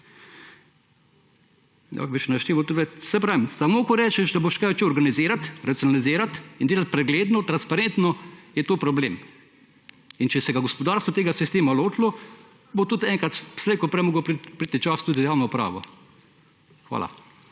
samo ko rečeš, da boš kaj začel racionalizirati in delati pregledno, transparentno, je to problem. Če se bo gospodarstvo tega sistema lotilo, bo slej ko prej moral priti čas tudi za javno upravo. Hvala.